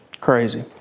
crazy